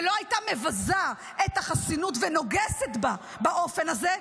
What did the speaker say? ולא הייתה מבזה את החסינות ונוגסת בה באופן הזה,